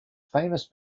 famous